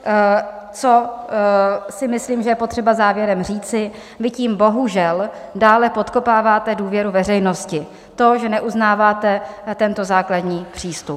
Co si myslím, že je potřeba závěrem říci, vy tím bohužel dále podkopáváte důvěru veřejnosti, to, že neuznáváte tento základní přístup.